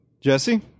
jesse